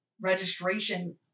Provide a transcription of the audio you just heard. registration